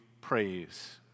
praise